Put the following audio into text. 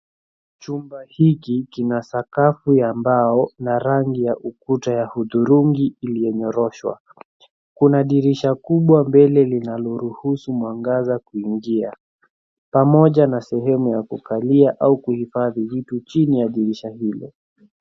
Chumba hiki kina sakafu ya mbao na rangi ya ukuta ya hudhurungi iliyonyoroshwa. Kuna dirisha kubwa mbele linaloruhusu mwangaza kuingia, pamoja na sehemu ya kukalia au kuhifadhi vitu chini ya dirisha hilo.